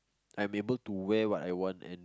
I'm able to wear what I want and